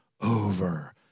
over